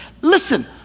Listen